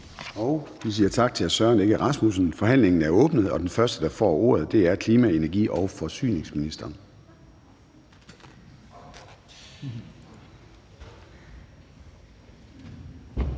(Søren Gade): Tak til hr. Søren Egge Rasmussen. Forhandlingen er åbnet, og den første, der får ordet, er klima-, energi- og forsyningsministeren.